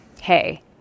hey